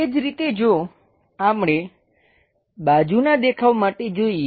એ જ રીતે જો આપણે બાજુનાં દેખાવ માટે જોઈએ